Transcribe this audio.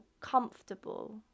comfortable